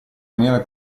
maniera